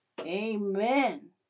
Amen